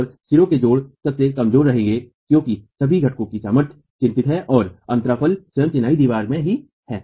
और सिरे के जोड़ सबसे कमजोर रहेंगे क्योंकि सभी घटकों की सामर्थ्य चिंतित हैं और अंतराफलक स्वयं चिनाई वाली दीवार में ही है